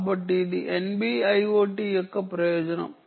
కాబట్టి ఇది NB IoT యొక్క ప్రయోజనం